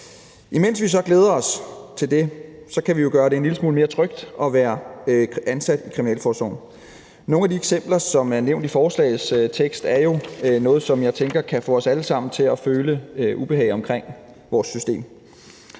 Imens vi så glæder os til det, kan vi jo gøre det en lille smule mere trygt at være ansat i kriminalforsorgen. Nogle af de eksempler, som er nævnt i forslagets tekst, er jo noget, som jeg tænker kan få os alle sammen til at føle ubehag omkring vores system.